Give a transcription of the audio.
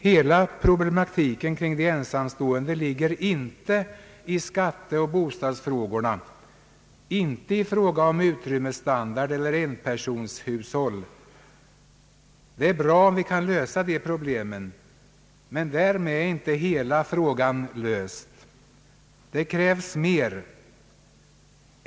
Hela problematiken kring de ensamstående ligger inte i skatteoch bostadsfrågorna, inte i frågan om utrymmesstandard eller enpersonshushåll. Det är bra om vi kan lösa dessa problem. Men därmed är inte hela frågan löst. Det krävs mer.